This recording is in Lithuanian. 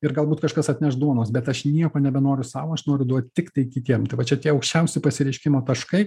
ir galbūt kažkas atneš duonos bet aš nieko nebenoriu sau aš noru duot tiktai kitiem tai va čia tie aukščiausi pasireiškimo taškai